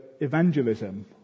evangelism